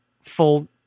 full